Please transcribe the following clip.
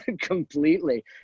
Completely